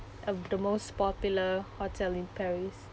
um the most popular hotel in paris